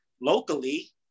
locally